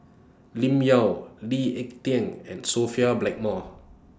Lim Yau Lee Ek Tieng and Sophia Blackmore